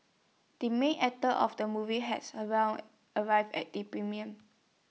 the main actor of the movie has around arrived at the premiere